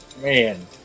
Man